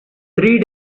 three